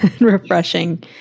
Refreshing